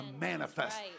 manifest